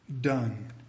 Done